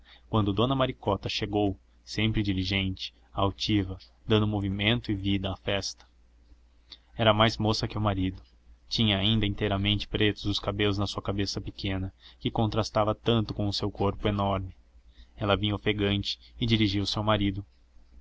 quando dona maricota chegou sempre diligente ativa dando movimento e vida à festa era mais moça que o marido tinha ainda inteiramente pretos os cabelos na sua cabeça pequena que contrastava tanto com o seu corpo enorme ela vinha ofegante e dirigiu-se ao marido